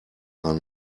are